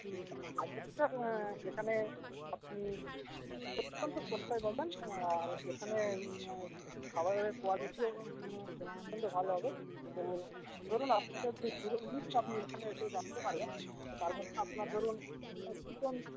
budget sir এখানে আপনি অত্যন্ত সস্তায় পাবেন আর এখানে খাবারের কোয়ালিটিও অত্যন্ত ভালো হবে এবং ধরুন আপনাদের যে পুরো লিস্ট আপনি এখানে এসে জানতে পারবেন তার মধ্যে আপনার ধরুন চিকেন